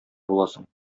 буласың